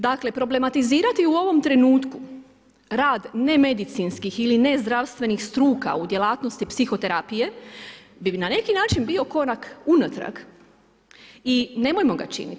Dakle, problematizirati u ovom trenutku rad nemedicinskih ili nezdravstvenih struka u djelatnosti psihoterapije bi na neki način bio korak unatrag i nemojmo ga činiti.